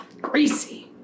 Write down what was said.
Greasy